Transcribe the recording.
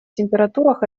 температурах